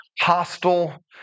hostile